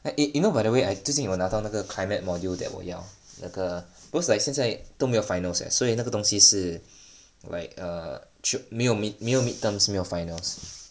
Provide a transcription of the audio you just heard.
eh and you know by the way I 最近我拿到那个 climate module that 我要那个 cause like 现在都没有 finals eh 所以那个东西是 like err 没有 mid 没有 midterms 没有 finals